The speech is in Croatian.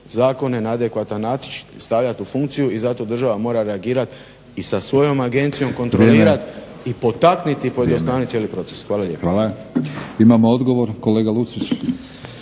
zakone na adekvatan način, stavljat u funkciju i zato država mora reagirati i sa svojom agencijom kontrolirati i potakniti i pojednostaviti cijeli proces. Hvala lijepo. **Batinić,